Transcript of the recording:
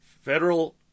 federal